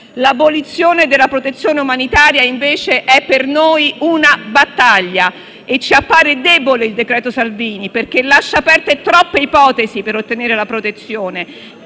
L'abolizione della protezione umanitaria, invece, è per noi una battaglia, e ci appare debole il cosiddetto decreto-legge Salvini, perché lascia aperte troppe ipotesi per ottenere la protezione.